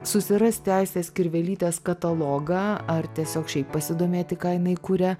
susirasti aistės kirvelytės katalogą ar tiesiog šiaip pasidomėti ką jinai kuria